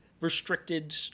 restricted